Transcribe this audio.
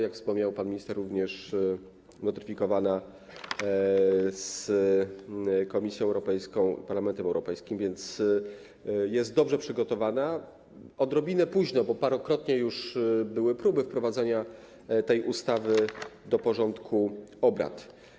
Jak wspomniał pan minister, również notyfikowana Komisji Europejskiej i Parlamentowi Europejskiemu, więc jest dobrze przygotowana, choć odrobinę późno, bo parokrotnie już były próby wprowadzania tej ustawy do porządku obrad.